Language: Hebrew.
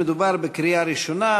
מדובר בקריאה ראשונה,